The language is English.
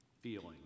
feeling